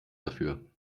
dafür